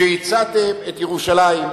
כשהצעתם את ירושלים,